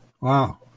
Wow